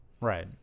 Right